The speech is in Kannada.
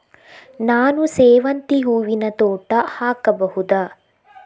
ನಾನು ಸೇವಂತಿ ಹೂವಿನ ತೋಟ ಹಾಕಬಹುದಾ?